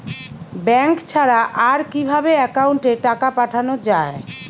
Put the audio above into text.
Bank ছাড়া আর কিভাবে একাউন্টে টাকা পাঠানো য়ায়?